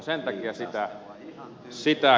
sen takia sitä kysyin